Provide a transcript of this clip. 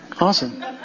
awesome